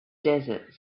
desert